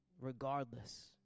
regardless